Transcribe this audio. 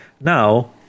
Now